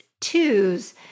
twos